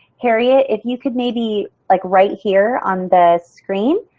hariette, if you could maybe like right here on the screen,